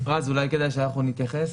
אני אשמח להתייחס.